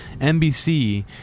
NBC